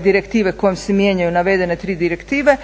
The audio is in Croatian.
direktive kojom se mijenjaju navedene tri direktive